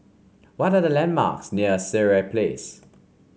what are the landmarks near Sireh Place